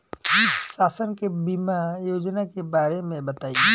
शासन के बीमा योजना के बारे में बताईं?